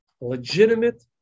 legitimate